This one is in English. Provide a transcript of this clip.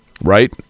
right